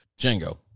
Django